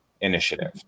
initiative